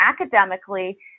academically